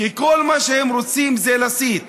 כי כל מה שהם רוצים זה להסית.